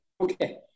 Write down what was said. Okay